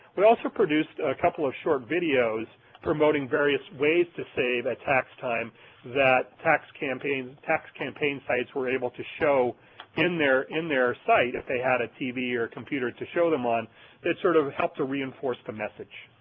we also produced a couple of short videos promoting various ways to save at tax time that tax campaign tax campaign sites were able to show in their in their site if they had a tv or a computer to show them on that sort of helped to reinforce the message.